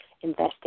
investing